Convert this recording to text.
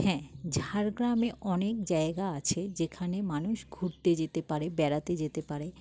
হ্যাঁ ঝাড়গ্রামে অনেক জায়গা আছে যেখানে মানুষ ঘুরতে যেতে পারে বেড়াতে যেতে পারে